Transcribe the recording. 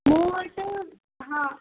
मूं वटि हा